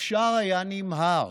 אפשר היה נמהר,